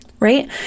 right